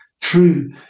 true